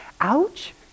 Ouch